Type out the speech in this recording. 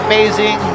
Amazing